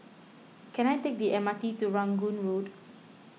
can I take the M R T to Rangoon Road